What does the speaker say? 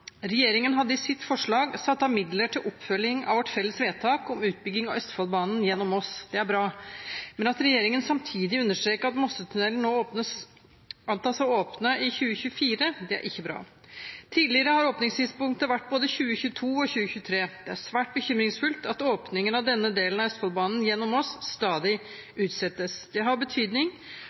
Regjeringen hadde i sitt forslag satt av midler til oppfølging av vårt felles vedtak om utbygging av Østfoldbanen gjennom Moss. Det er bra. Men at regjeringen samtidig understreker at Mossetunnelen nå antas å åpne i 2024, det er ikke bra. Tidligere har åpningstidspunktet vært både 2022 og 2023. Det er svært bekymringsfullt at åpningen av denne delen av Østfoldbanen gjennom Moss stadig utsettes. Det har betydning